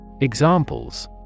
Examples